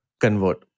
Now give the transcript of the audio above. convert